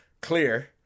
clear